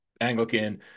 Anglican